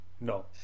No